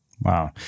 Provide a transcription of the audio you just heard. Wow